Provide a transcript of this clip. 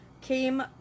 came